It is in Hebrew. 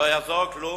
לא יעזור כלום.